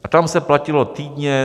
A tam se platilo týdně.